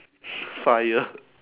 fire